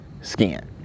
skin